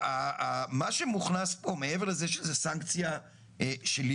מה שמוכנס פה, מעבר לכך שמדובר בסנקציה שלילית